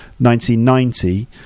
1990